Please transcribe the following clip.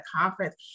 conference